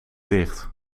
dicht